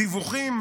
דיווחים,